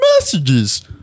messages